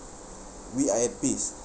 we are at peace